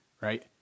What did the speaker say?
Right